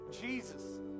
Jesus